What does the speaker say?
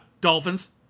Dolphins